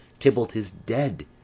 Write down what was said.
tybalt is dead,